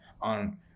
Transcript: on